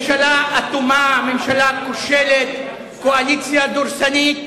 ממשלה כושלת, קואליציה דורסנית,